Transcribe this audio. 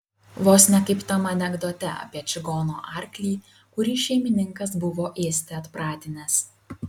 vos ne kaip tam anekdote apie čigono arklį kurį šeimininkas buvo ėsti atpratinęs